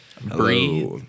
breathe